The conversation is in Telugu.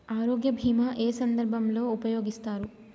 ఆరోగ్య బీమా ఏ ఏ సందర్భంలో ఉపయోగిస్తారు?